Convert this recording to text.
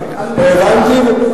אזרחים.